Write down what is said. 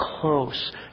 close